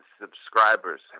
subscribers